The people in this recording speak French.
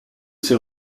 ses